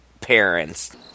parents